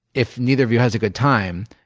if neither of you has a good time,